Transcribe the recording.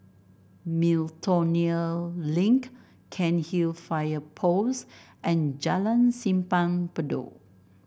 Miltonia Link Cairnhill Fire Post and Jalan Simpang Bedok